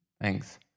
Thanks